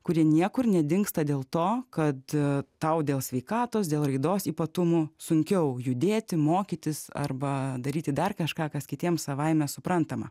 kurie niekur nedingsta dėl to kad tau dėl sveikatos dėl raidos ypatumų sunkiau judėti mokytis arba daryti dar kažką kas kitiems savaime suprantama